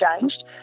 changed